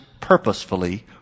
purposefully